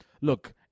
look